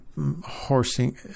horsing